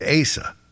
Asa